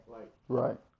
Right